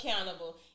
accountable